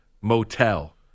motel